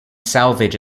salvage